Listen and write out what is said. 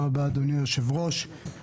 עכשיו בועז טופורובסקי ברשות דיבור.